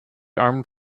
armed